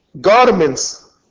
garments